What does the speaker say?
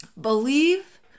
believe